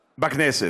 בכנסת,